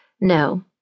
No